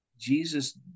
jesus